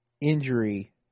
injury –